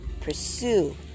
pursue